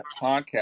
podcast